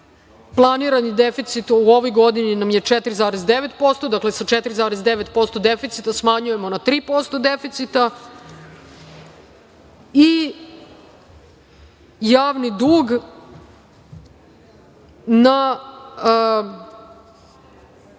planirani deficit u ovoj godini nam je 4,9%. Dakle, sa 4,9% deficita smanjujemo na 3% deficita i javni dug na